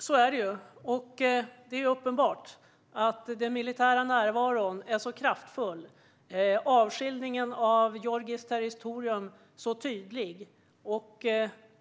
Herr talman! Ja, så är det. Det är uppenbart att den militära närvaron är kraftfull och att avskiljningen av Georgiens territorium är tydlig.